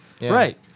Right